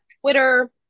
twitter